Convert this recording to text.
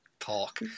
talk